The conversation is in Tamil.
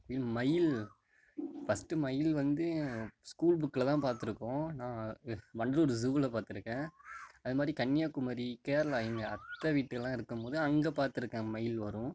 மயில் ஃபர்ஸ்ட்டு மயில் வந்து ஸ்கூல் புக்கில் தான் பார்த்துருக்கோம் நான் வண்டலூர் ஜூல பார்த்துருக்கேன் அதுமாதிரி கன்னியாகுமரி கேரளா எங்கள் அத்தை வீட்லலாம் இருக்கும்போது அங்கே பார்த்துருக்கேன் மயில் வரும்